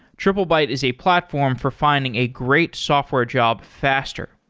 triplebyte is a platform for finding a great software job faster.